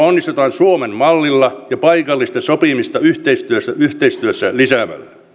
onnistutaan suomen mallilla ja paikallista sopimista yhteistyössä yhteistyössä lisäämällä